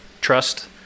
trust